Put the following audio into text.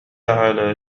على